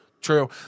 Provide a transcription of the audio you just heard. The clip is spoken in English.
True